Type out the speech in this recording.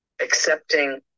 accepting